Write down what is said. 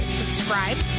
subscribe